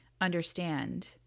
understand